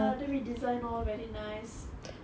ya then we design all very nice